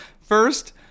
First